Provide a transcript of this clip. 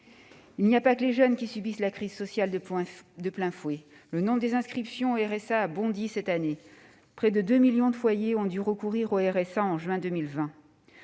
Il n'y a pas que les jeunes qui subissent la crise sociale de plein fouet, le nombre des inscriptions au RSA a bondi cette année ! Près de 2 millions de foyers ont dû recourir à cette prestation